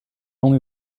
only